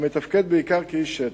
המתפקד בעיקר כאיש שטח.